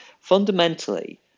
fundamentally